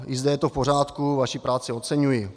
I zde je to v pořádku, vaši práci oceňuji.